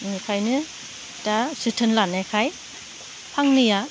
इनिखायनो दा जोथोन लानायखाय फांनैया